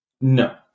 No